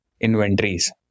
inventories